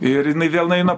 ir jinai vėl nueina